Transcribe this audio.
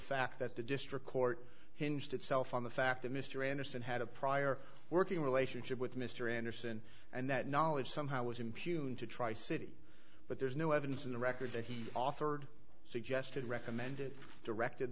fact that the district court hinged itself on the fact that mr anderson had a prior working relationship with mr anderson and that knowledge somehow was imputed to try city but there's no evidence in the record that he authored suggested recommended directed